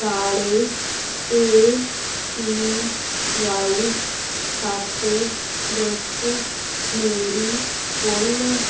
ਵਾਲੇ A P Y ਖਾਤੇ ਵਿੱਚ ਮੇਰੀ ਕੁੱਲ